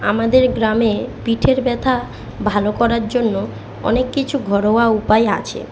আমাদের গ্রামে পিঠের ব্যথা ভালো করার জন্য অনেক কিছু ঘরোয়া উপায় আছে